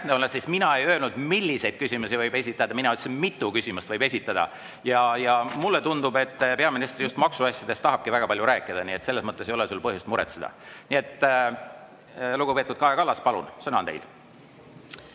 mina ei öelnud, milliseid küsimusi võib esitada, mina ütlesin, mitu küsimust võib esitada. Mulle tundub, et peaminister just maksuasjadest tahabki väga palju rääkida, nii et selles mõttes ei ole sul põhjust muretseda. Nii et, lugupeetud Kaja Kallas, palun, sõna on teil!